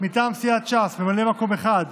מטעם סיעת ש"ס ממלא מקום אחד: